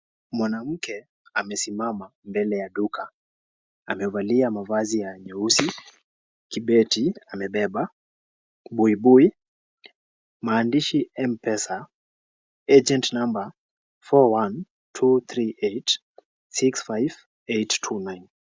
Mwanamke amesimama mbele ya duka. Amevalia mavazi ya nyeusi kibeti amebeba. Buibui. Mahandishi M-Pesa. Agent number 4123865829.